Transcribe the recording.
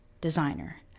designer